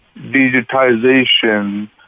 digitization